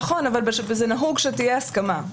נכון, וזה נהוג שתהיה הסכמה.